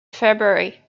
february